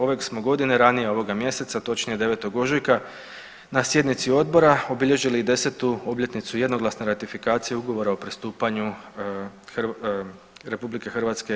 Ove smo, ove smo godine ranije ovoga mjeseca, točnije 9. ožujka na sjednici odbora obilježili i 10. obljetnicu jednoglasne ratifikacije ugovora o pristupanju RH EU.